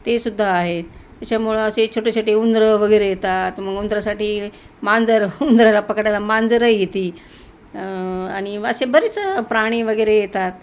ते सुुद्धा आहेत त्याच्यामुळं असे छोटे छोटे उंदरं वगैरे येतात मग उंदरासाठी मांजर उंदराला पकडायला मांजरही येते आणि असे बरेच प्राणी वगैरे येतात